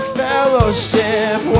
fellowship